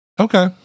Okay